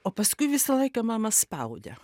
o paskui visą laiką mama spaudė